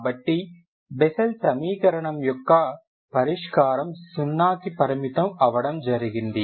కాబట్టి బెస్సెల్ సమీకరణం యొక్క పరిష్కారం 0 కి పరిమితం అవడం జరిగింది